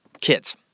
kids